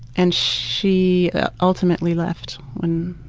and she ultimately left when,